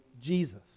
Jesus